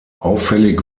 auffällig